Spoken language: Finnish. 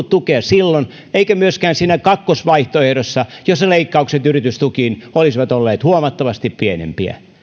tukea silloin eikä myöskään siinä kakkosvaihtoehdossa jossa leikkaukset yritystukiin olisivat olleet huomattavasti pienempiä